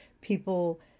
people